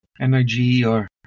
N-I-G-E-R